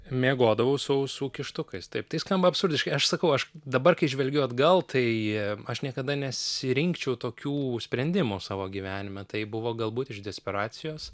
miegodavau su ausų kištukais taip tai skamba absurdiškai aš sakau aš dabar kai žvelgiu atgal tai aš niekada nesirinkčiau tokių sprendimų savo gyvenime tai buvo galbūt iš desperacijos